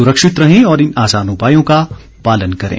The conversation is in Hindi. सुरक्षित रहें और इन आसान उपायों का पालन करें